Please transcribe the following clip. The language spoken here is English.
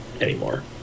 anymore